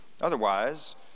Otherwise